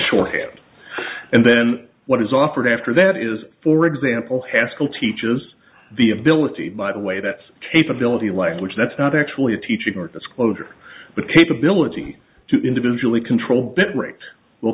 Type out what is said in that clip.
shorthand and then what is offered after that is for example haskell teaches the ability by the way that's capability language that's not actually a teaching or disclosure but capability to individually control